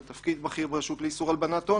על תפקיד בכיר ברשות לאיסור הלבנת הון